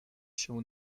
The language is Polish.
się